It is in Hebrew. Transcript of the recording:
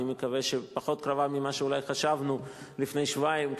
אני מקווה שפחות קרובה ממה שאולי חשבנו לפני שבועיים,